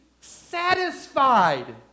satisfied